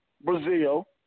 Brazil